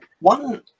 One